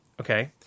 okay